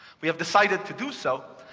we have decided to do so,